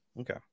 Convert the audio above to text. okay